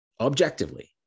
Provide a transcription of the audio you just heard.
objectively